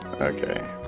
Okay